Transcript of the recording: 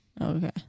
Okay